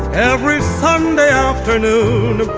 every sunday afternoon,